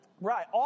right